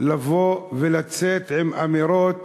לבוא ולצאת עם אמירות